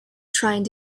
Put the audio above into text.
trying